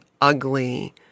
ugly